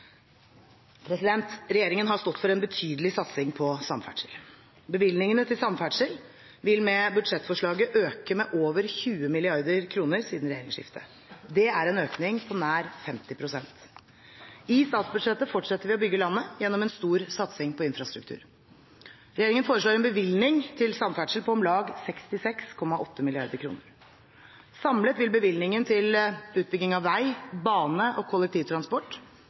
Regjeringen har stått for en betydelig satsing på samferdsel. Bevilgningene til samferdsel vil med budsjettforslaget øke med over 20 mrd. kr siden regjeringsskiftet. Det er en økning på nær 50 pst. I statsbudsjettet forsetter vi å bygge landet gjennom en stor satsing på infrastruktur. Regjeringen foreslår en bevilgning til samferdsel på om lag 66,8 mrd. kr. Samlet vil bevilgningene til utbygging av vei, bane og kollektivtransport